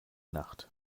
nacht